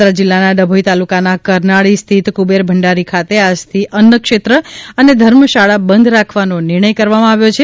વડોદરા જિલ્લાના ડભોઇ તાલુકાના કરનાળી સ્થિત કુબેર ભંડારી ખાતે આજથી અન્નક્ષેત્ર અને ધર્મશાળા બંધ રાખવાને નિર્ણય કરવામાં આવ્યો છે